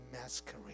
masquerade